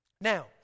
Now